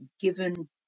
given